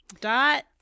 Dot